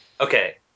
Okay